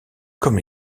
comme